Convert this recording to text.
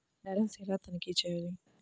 Balance ఎలా తనిఖీ చేయాలి?